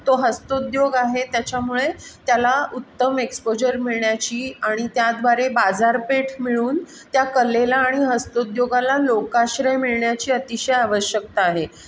तो हस्तोद्योग आहे त्याच्यामुळे त्याला उत्तम एक्सपोजर मिळण्याची आणि त्याद्वारे बाजारपेठ मिळून त्या कलेला आणि हस्तोद्योगाला लोकाश्रय मिळण्याची अतिशय आवश्यकता आहे